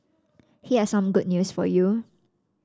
here's some good news for you